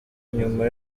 nyuma